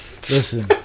Listen